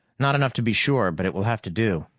not enough to be sure, but it will have to do.